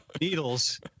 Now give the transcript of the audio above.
needles